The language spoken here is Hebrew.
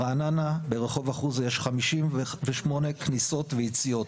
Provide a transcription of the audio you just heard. ברעננה ברחוב אחוזה יש 58 כניסות ויציאות,